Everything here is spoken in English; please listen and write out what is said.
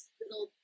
little